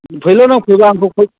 फैल' नों फैबा आंखौ क'ल खालाम